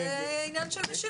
בסופו של דבר זה עניין של משילות.